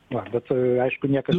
va bet aišku niekas